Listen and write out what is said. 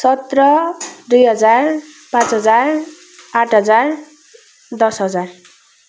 सत्र दुई हजार पाँच हजार आठ हजार दस हजार